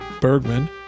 Bergman